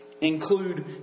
include